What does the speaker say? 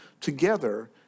together